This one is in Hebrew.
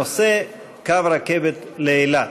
הנושא: קו הרכבת לאילת.